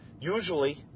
usually